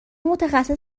متخصص